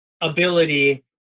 ability